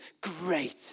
Great